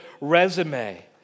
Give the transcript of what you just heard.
resume